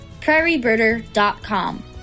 prairiebirder.com